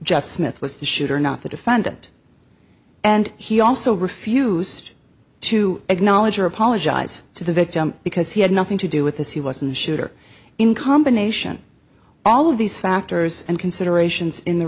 jeff smith was the shooter not the defendant and he also refused to acknowledge or apologize to the victim because he had nothing to do with this he wasn't a shooter in combination all of these factors and considerations in the